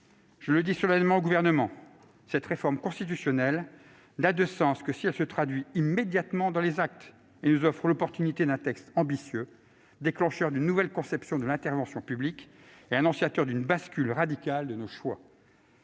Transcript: Je le dis solennellement au Gouvernement, cette réforme constitutionnelle n'a de sens que si elle se traduit immédiatement dans les actes et nous offre l'opportunité d'un texte ambitieux, déclencheur d'une nouvelle conception de l'intervention publique et annonciateur d'une bascule radicale de nos choix.